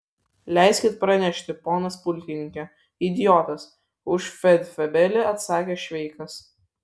leiskit pranešti ponas pulkininke idiotas už feldfebelį atsakė šveikas